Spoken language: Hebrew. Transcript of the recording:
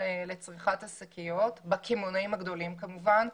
לצריכת השקיות בקמעונאים הגדולים כמובן.